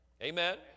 Amen